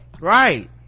Right